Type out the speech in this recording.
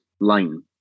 line